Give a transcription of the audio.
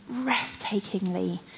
breathtakingly